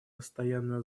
постоянную